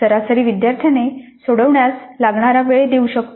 सरासरी विद्यार्थ्याने सोडवण्यास लागणारा वेळ देऊ शकतो